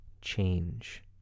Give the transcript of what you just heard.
change